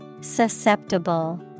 Susceptible